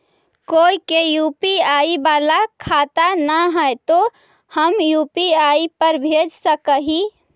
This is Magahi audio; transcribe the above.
कोय के यु.पी.आई बाला खाता न है तो हम यु.पी.आई पर भेज सक ही?